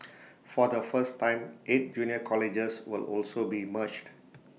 for the first time eight junior colleges will also be merged